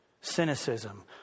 Cynicism